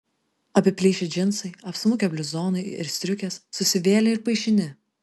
apiplyšę džinsai apsmukę bliuzonai ir striukės susivėlę ir paišini